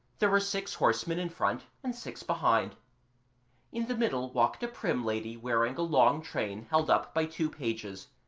there were six horsemen in front and six behind in the middle walked a prim lady wearing a long train held up by two pages,